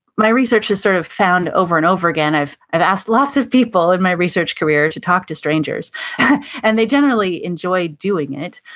my research has sort of found over and over again, i've i've asked lots of people in my research career to talk to strangers and they generally enjoy doing it,